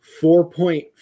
four-point